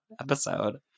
episode